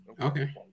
okay